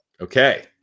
Okay